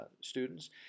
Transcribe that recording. students